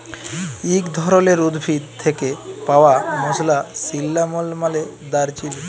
ইক ধরলের উদ্ভিদ থ্যাকে পাউয়া মসলা সিল্লামল মালে দারচিলি